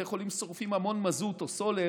בתי חולים שורפים המון מזוט או סולר,